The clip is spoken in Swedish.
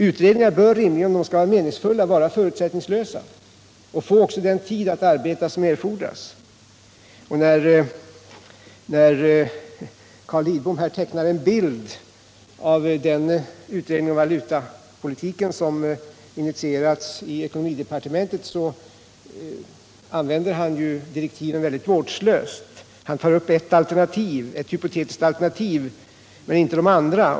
Utredningar bör, om de skall vara meningsfulla, vara förutsättningslösa. De bör också få den tid att arbeta som erfordras. När Carl Lidbom här tecknar en bild av den utredning om valutapolitiken som initierats i ekonomidepartementet använder han direktiven mycket vårdslöst. Han tar upp ert hypotetiskt alternativ men inte de andra.